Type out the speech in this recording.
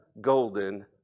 golden